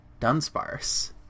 dunsparce